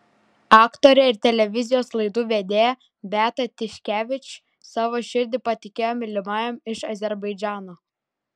aktorė ir televizijos laidų vedėja beata tiškevič savo širdį patikėjo mylimajam iš azerbaidžano